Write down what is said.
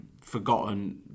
forgotten